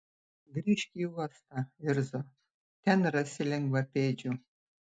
grįžk į uostą irzo ten rasi lengvapėdžių